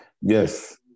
Yes